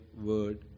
word